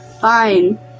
fine